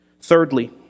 Thirdly